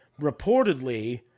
reportedly